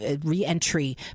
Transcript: re-entry